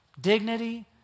dignity